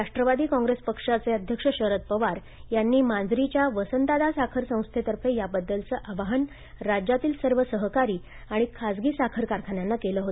राष्ट्रवादी काँग्रेस पक्षाचे अध्यक्ष शरद पवार यांनी माजरीच्या वसंतदादा साखर संस्थेतर्फे याबद्दलचं आवाहन राज्यातील सर्व सहकारी आणि खासगी साखर कारखान्यांना केलं होतं